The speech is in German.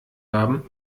haben